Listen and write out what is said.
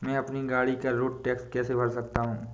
मैं अपनी गाड़ी का रोड टैक्स कैसे भर सकता हूँ?